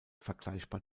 vergleichbar